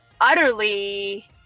utterly